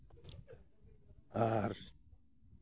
ᱟᱨ